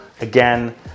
Again